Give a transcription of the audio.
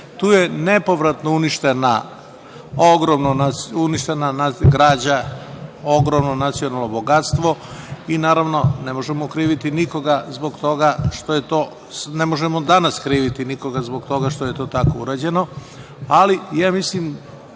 Tu je nepovratno uništena građa, ogromno nacionalno bogatstvo. Naravno, ne možemo danas kriviti nikoga zbog toga što je to tako urađeno, ali ja mislim,